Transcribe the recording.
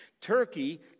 Turkey